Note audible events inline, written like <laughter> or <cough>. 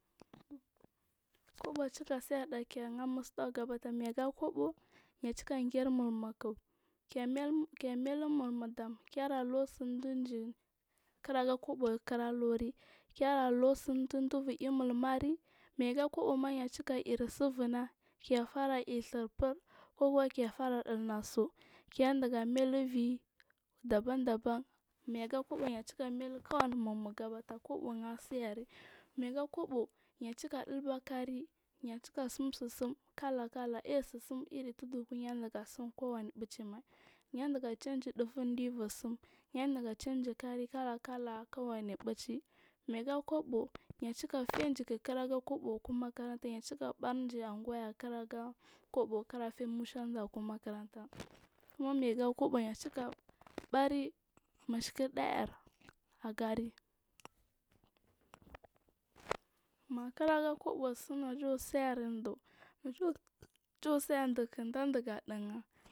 Kobo cika sarda kihya musu dagu gabada mega kobo ya cika ger mulmuk ke meihu mulmuta, ke la lursindiji kiraga iyi mulmuri mayaga koboma yaci izu vuna kef ra i alhur ukuna kuma kefara di ina su kediya mailu widaban daban mayaga kobo yacika mailu kowan mulmu kobo asiyari mayaga kobo yacika diba kari ya cika sim sim ka lakala aisirsim iri tudku yandi ga simmai kowani fucimai yadiya cinji dufuh dim yandiga cinji kari kulakala kowani ɓuchima yaga kobo yacika feiy giku kira ga kobo umakaranta yachika barji angwa kiraga kobo kira far mushanda ku makaranta ki ma mayiga kobo yacika ɓari misirɗ ar agari <noise> makiragakib simnaji sar suu <noise> jibursa duu kindachiga digha.